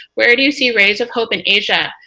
where do you see rays of hope in asia,